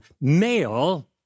male